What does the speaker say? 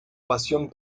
pasión